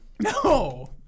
no